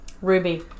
Ruby